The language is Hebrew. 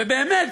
ובאמת,